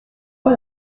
pas